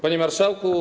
Panie Marszałku!